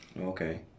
Okay